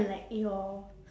like your